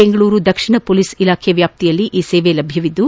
ಬೆಂಗಳೂರು ದಕ್ಷಿಣ ಪೊಲೀಸ್ ಇಲಾಖೆಯ ವ್ಯಾಪ್ತಿಯಲ್ಲಿ ಈ ಸೇವೆ ಲಭ್ಯವಿದ್ದು